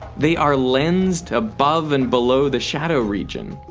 they are lensed above and below the shadow region.